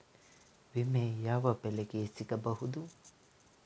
ವಿಮೆ ಯಾವ ಬೆಳೆಗೆ ಸಿಗಬಹುದು?